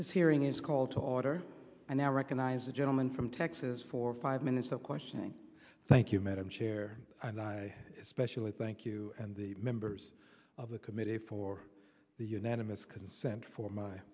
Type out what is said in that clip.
is hearing is called to order and now recognize the gentleman from texas for five minutes of questioning thank you madam chair and i especially thank you and the members of the committee for the unanimous consent for my